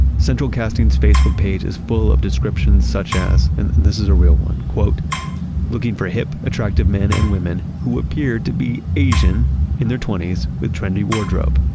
central casting's facebook page is full of descriptions such as, and this is a real one looking for hip, attractive men and women who appeared to be asian in their twenties with trendy wardrobe,